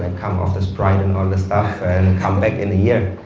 and come off this pride and all this stuff, and come back in a year.